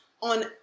on